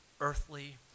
earthly